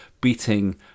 beating